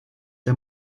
der